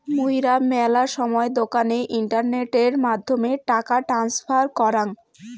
মুইরা মেলা সময় দোকানে ইন্টারনেটের মাধ্যমে টাকা ট্রান্সফার করাং